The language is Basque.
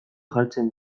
jartzen